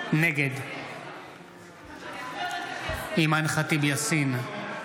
נגד אימאן ח'טיב יאסין,